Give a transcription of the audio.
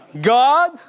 God